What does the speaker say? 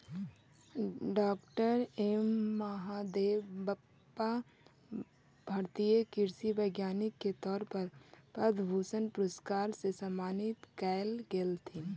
डॉ M Mahadevappa भारतीय कृषि वैज्ञानिक के तौर पर पद्म भूषण पुरस्कार से सम्मानित कएल गेलथीन